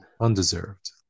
Undeserved